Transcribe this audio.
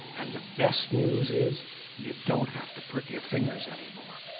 and the best news is you don't have to prick your fingers anymore.